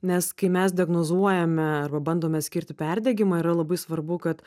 nes kai mes diagnozuojame arba bandome skirti perdegimą yra labai svarbu kad